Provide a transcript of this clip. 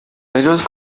بهجز